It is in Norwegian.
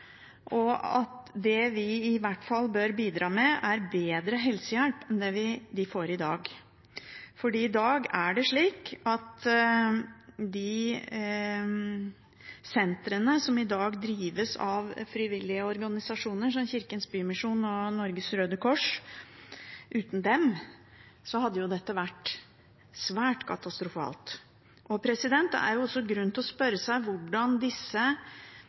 og at det vi i hvert fall bør bidra med, er bedre helsehjelp enn det de får i dag. I dag er det slik at uten de sentrene som drives av frivillige organisasjoner, som Kirkens Bymisjon og Norges Røde Kors, hadde dette vært svært katastrofalt. Det er også grunn til å spørre seg hvordan disse